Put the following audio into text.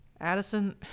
Addison